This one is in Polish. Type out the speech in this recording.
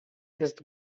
jest